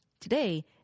Today